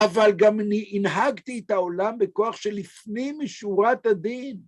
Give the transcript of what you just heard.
אבל גם אני הנהגתי את העולם בכוח שלפנים משורת הדין.